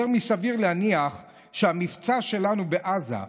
יותר מסביר להניח שהמבצע שלנו בעזה,